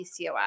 PCOS